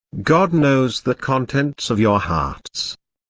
god knows the contents of your hearts.